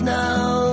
now